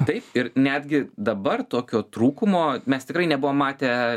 taip ir netgi dabar tokio trūkumo mes tikrai nebuvom matę